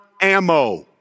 ammo